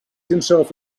himself